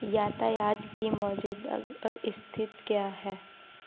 यातायात की मौजूदा स्थित क्या है